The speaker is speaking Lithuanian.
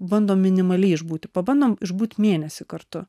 bandom minimaliai išbūti pabandom išbūt mėnesį kartu